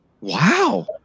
Wow